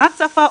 מבחינת שפה,